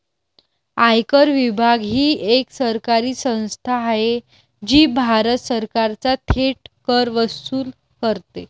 आयकर विभाग ही एक सरकारी संस्था आहे जी भारत सरकारचा थेट कर वसूल करते